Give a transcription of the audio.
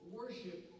worship